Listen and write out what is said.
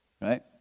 right